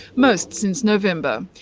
most since november.